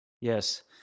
yes